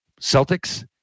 Celtics